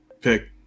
pick